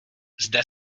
zde